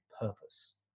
purpose